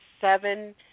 seven